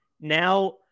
Now